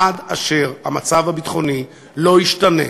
עד אשר המצב הביטחוני לא ישתנה,